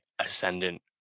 Ascendant